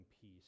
peace